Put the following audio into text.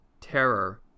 terror